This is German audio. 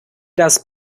das